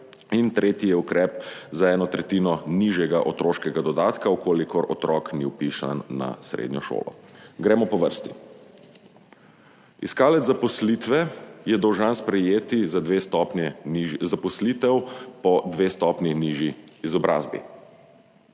tretji je ukrep za eno tretjino nižji otroški dodatek, če otrok ni vpisan na srednjo šolo. Gremo po vrsti. Iskalec zaposlitve je dolžan sprejeti zaposlitev za dve stopnji nižjo izobrazbo.